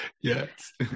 Yes